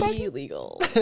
illegal